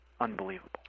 unbelievable